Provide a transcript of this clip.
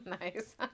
nice